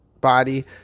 body